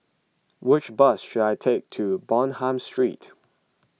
which bus should I take to Bonham Street